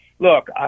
Look